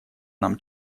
нам